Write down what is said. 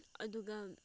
ꯑꯗꯨꯒ